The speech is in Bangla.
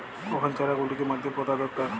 কখন চারা গুলিকে মাটিতে পোঁতা দরকার?